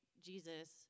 Jesus